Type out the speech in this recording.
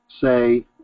say